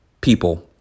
people